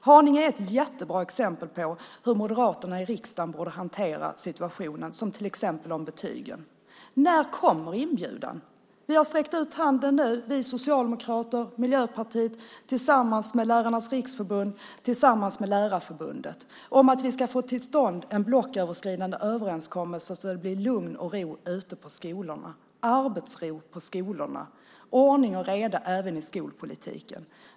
Haninge är ett jättebra exempel på hur Moderaterna även i riksdagen borde hantera situationen bland annat när det gäller betygen. När kommer inbjudan? Vi socialdemokrater och Miljöpartiet har tillsammans med Lärarnas Riksförbund och Lärarförbundet sträckt ut handen för att få till stånd en blocköverskridande överenskommelse så att det blir lugn och ro ute på skolorna. Det behövs arbetsro på skolorna och ordning och reda i skolpolitiken.